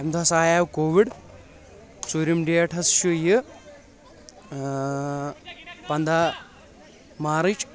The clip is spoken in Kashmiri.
امہِ دۄہ ہسا آیاو کووِڈ ژوٗرِم ڈیٹ حظ چھُ یہِ پندہ مارٕچ